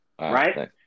Right